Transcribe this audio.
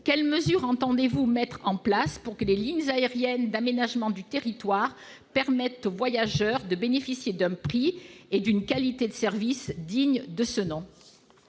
quelles mesures entendez-vous mettre en place pour que les lignes aériennes d'aménagement du territoire permettent aux voyageurs de bénéficier d'un prix raisonnable et d'une qualité de service digne de ce nom ?